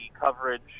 coverage